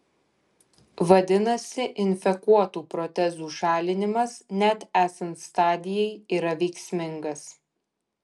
vadinasi infekuotų protezų šalinimas net esant stadijai yra veiksmingas